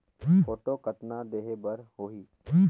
Photo कतना देहें बर होहि?